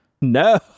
No